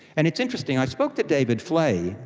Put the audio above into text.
and it's interesting, i spoke to david fleay,